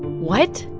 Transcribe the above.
what?